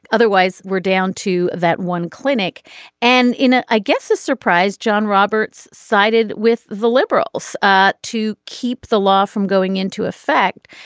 otherwise we're down to that one clinic and in it i guess a surprise john roberts sided with the liberals ah to keep the law from going into effect.